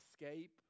escape